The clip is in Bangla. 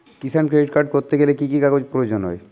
কিষান ক্রেডিট কার্ড করতে গেলে কি কি কাগজ প্রয়োজন হয়?